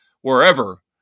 wherever